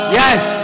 yes